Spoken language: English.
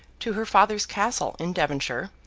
to her father's castle in devonshire,